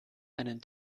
einen